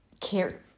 care